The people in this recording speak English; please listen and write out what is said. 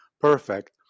perfect